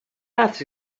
maths